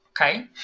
okay